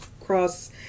cross